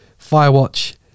Firewatch